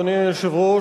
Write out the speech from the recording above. אדוני היושב-ראש,